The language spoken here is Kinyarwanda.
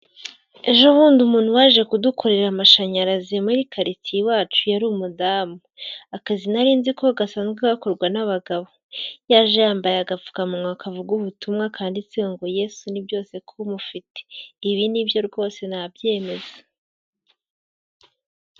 Ejo bundi umuntu waje kudukorera amashanyarazi muri karitsiye iwacu yari umudamu, akazi nari nzi ko gasanzwe gakorwa n'abagabo, yaje yambaye agapfukamunwa kavuga ubutumwa kanditseho ngo ''yesu ni byose k'umufite'' ibi nibyo rwose nabyemeza.